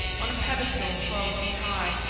on a pedestal twelve feet high.